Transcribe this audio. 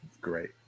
great